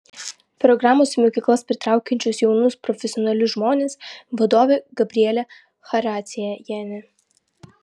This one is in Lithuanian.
programos į mokyklas pritraukiančios jaunus profesionalius žmones vadovė gabrielė characiejienė